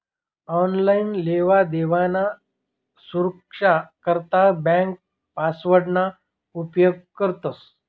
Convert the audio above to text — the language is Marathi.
आनलाईन लेवादेवाना सुरक्सा करता ब्यांक पासवर्डना उपेग करतंस